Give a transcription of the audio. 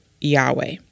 Yahweh